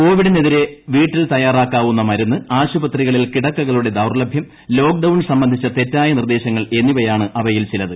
കോവിഡിനെതിരെ വീട്ടിൽ തയ്യാറാക്കാവുന്ന മരുന്ന് ആശുപത്രികളിൽ കിടക്കകളുടെ ദൌർലഭ്യം ലോക്ഡൌൺ സംബന്ധിച്ച തെറ്റായ നിർദ്ദേശങ്ങൾ എന്നിവയാണ് അവയിൽ ചിലത്